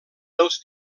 dels